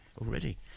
already